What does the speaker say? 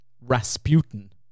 Rasputin